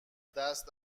دست